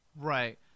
Right